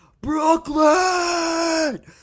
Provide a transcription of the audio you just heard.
Brooklyn